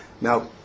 Now